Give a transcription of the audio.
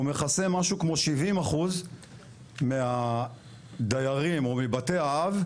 הוא מכסה משהו כמו 70% מהדיירים או מבתי האב,